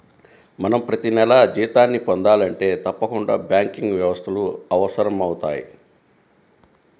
మనం ప్రతినెలా జీతాన్ని పొందాలంటే తప్పకుండా బ్యాంకింగ్ వ్యవస్థలు అవసరమవుతయ్